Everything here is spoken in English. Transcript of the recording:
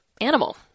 animal